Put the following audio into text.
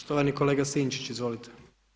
Štovani kolega Sinčić, izvolite.